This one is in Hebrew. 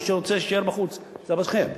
מי שרוצה, שיישאר בחוץ, זב"שכם.